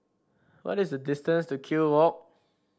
what is the distance to Kew Walk